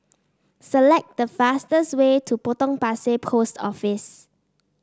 select the fastest way to Potong Pasir Post Office